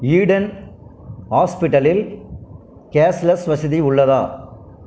Eden ஹாஸ்பிட்டலில் cashless வசதி உள்ளதா